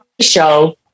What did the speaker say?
show